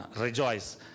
rejoice